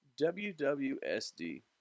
WWSD